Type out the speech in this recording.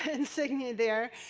and insignia there.